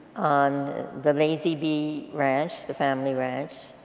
on the lazy bee ranch, the family ranch.